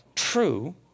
true